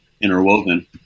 interwoven